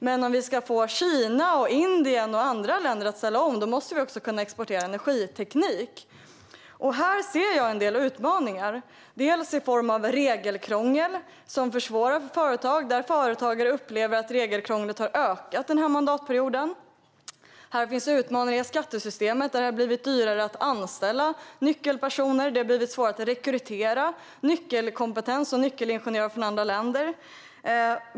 Men om vi ska få Kina, Indien och andra länder att ställa om måste vi också kunna exportera energiteknik. Här ser jag en del utmaningar. Det är i form av regelkrångel som försvårar för företag och där företagare upplever att regelkrånglet har ökat den här mandatperioden. Här finns utmaningar i skattesystemet där det har blivit dyrare att anställa nyckelpersoner. Det har blivit svårare att rekrytera nyckelkompetens och nyckelingenjörer från andra länder.